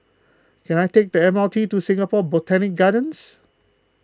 can I take the M R T to Singapore Botanic Gardens